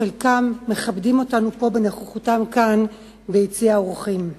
וחלקם מכבדים אותנו בנוכחותם כאן ביציע האורחים,